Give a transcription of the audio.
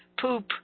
poop